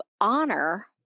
honor